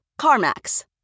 CarMax